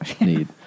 need